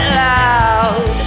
loud